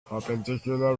perpendicular